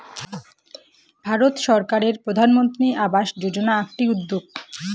ভারত সরকারের প্রধানমন্ত্রী আবাস যোজনা আকটি উদ্যেগ